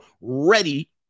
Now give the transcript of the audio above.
ready